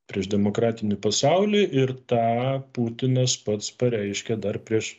prieš demokratinį pasaulį ir tą putinas pats pareiškė dar prieš